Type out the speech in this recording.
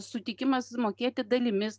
sutikimas mokėti dalimis